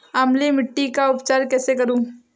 अम्लीय मिट्टी का उपचार कैसे करूँ?